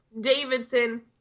Davidson